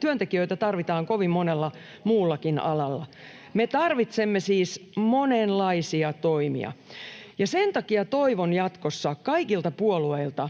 työntekijöitä tarvitaan kovin monella muullakin alalla. Me tarvitsemme siis monenlaisia toimia, ja sen takia toivon jatkossa kaikilta puolueilta